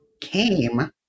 came